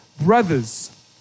brothers